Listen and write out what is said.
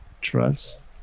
trust